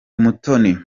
umutoni